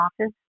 office